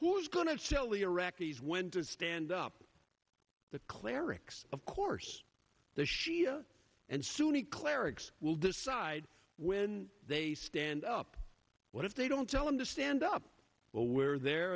who's going to sell the iraqis when to stand up the clerics of course the shia and sunni clerics will decide when they stand up what if they don't tell them to stand up while we're there